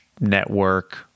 network